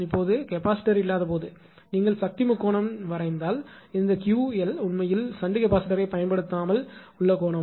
இப்போது கெபாசிட்டார் இல்லாத போது நீங்கள் சக்தி முக்கோணத்தை வரைந்தால் இந்த 𝜃1 உண்மையில் ஷன்ட் கெபாசிட்டரைப் பயன்படுத்தாமல் உள்ள கோணமாகும்